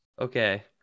Okay